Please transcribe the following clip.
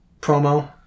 promo